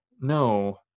no